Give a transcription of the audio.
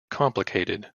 complicated